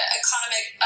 economic